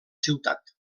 ciutat